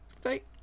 thank